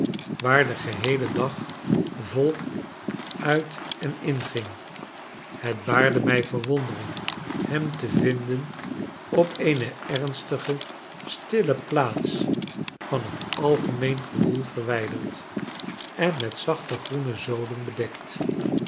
waar den geheelen dag volk uit en inging het baarde mij verwondering hem te vinden op eene ernstige stille plaats van het algemeen gewoel velrwijderd en met zachte groene zoden bedekt